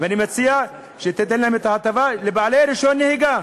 אני מציע שניתן את ההטבה לבעלי רישיון נהיגה.